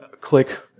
click